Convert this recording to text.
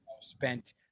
spent